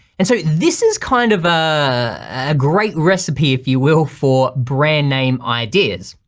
and so this is kind of a great recipe if you will for brand name ideas.